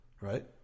right